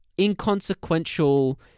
inconsequential